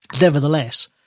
Nevertheless